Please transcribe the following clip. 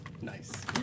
Nice